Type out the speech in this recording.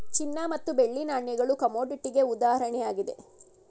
ಚಿನ್ನ ಮತ್ತು ಬೆಳ್ಳಿ ನಾಣ್ಯಗಳು ಕಮೋಡಿಟಿಗೆ ಉದಾಹರಣೆಯಾಗಿದೆ